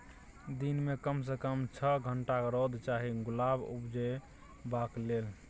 दिन मे कम सँ कम छअ घंटाक रौद चाही गुलाब उपजेबाक लेल